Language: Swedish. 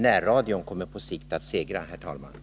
Närradion, herr talman, kommer på sikt att segra.